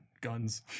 guns